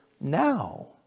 now